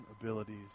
abilities